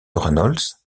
reynolds